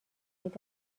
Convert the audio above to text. دست